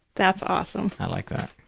that's awesome. i like that.